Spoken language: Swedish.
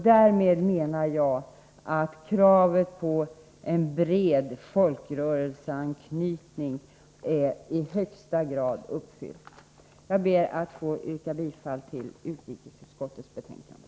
Därmed menar jag att kravet på en bred folkrörelseanknytning är i högsta grad uppfyllt. Jag ber att få yrka bifall till hemställan i utrikesutskottets betänkande.